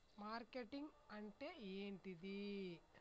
Marketing అంటే ఏంటిది?